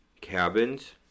cabins